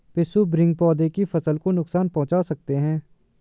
पिस्सू भृंग पौधे की फसल को नुकसान पहुंचा सकते हैं